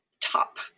top